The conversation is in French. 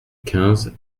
quinze